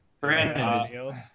Brandon